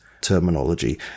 terminology